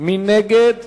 מי נגד?